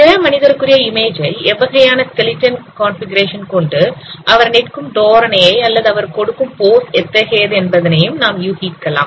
பிற மனிதனுக்குரிய இமேஜ் ஐ எவ்வகையான ஸ்கெல்டன் கன்பிகுரேஷன் கொண்டு அவர் நிற்கும் தோரணையை அல்லது அவர் கொடுக்கும் போஸ் எத்தகையது என்பதனையும் நாம் யூகிக்கலாம்